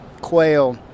quail